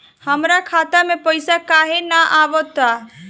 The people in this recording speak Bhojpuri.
हमरा खाता में पइसा काहे ना आव ता?